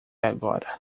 agora